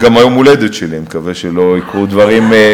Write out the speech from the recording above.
זה גם יום ההולדת שלי, אני מקווה שלא יקרו דברים.